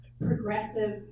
progressive